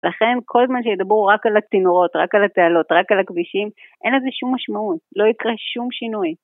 לכן כל זמן שידברו רק על הצינורות, רק על התעלות, רק על הכבישים, אין לזה שום משמעות, לא יקרה שום שינוי.